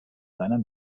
seiner